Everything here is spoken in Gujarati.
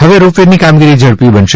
હવે રોપ વેની કામગીરી ઝડપી બનશે